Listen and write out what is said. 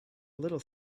little